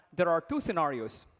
there are two scenarios.